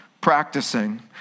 Practicing